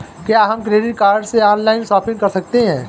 क्या हम credit card से ऑनलाइन शॉपिंग कर सकते हैं?